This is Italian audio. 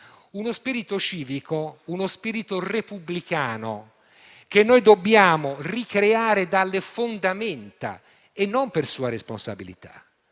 uno spirito civico, uno spirito repubblicano, che noi dobbiamo ricreare dalle fondamenta e non per sua responsabilità,